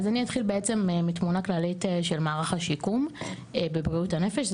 אז אני אתחיל בעצם מתמונה כללית של מערך השיקום בבריאות הנפש.